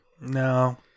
No